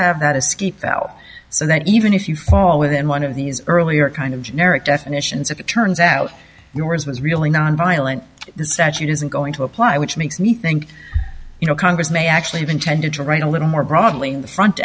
have that askey fell so that even if you fall within one of these earlier kind of generic definitions if it turns out yours was really nonviolent the statute isn't going to apply which makes me think you know congress may actually have intended to write a little more broadly on the front